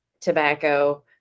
tobacco